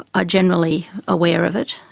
ah generally aware of it.